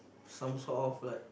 some sort of but